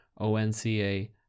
ONCA